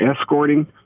escorting